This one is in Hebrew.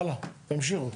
הלאה, תמשיכו.